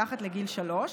שהוא מתחת לגיל שלוש,